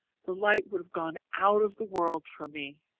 the light would have gone out of the world for me.